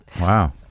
Wow